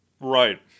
Right